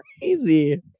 crazy